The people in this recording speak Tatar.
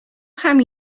һәм